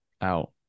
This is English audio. out